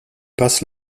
passe